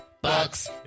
Bucks